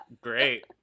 Great